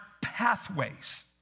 pathways